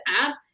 app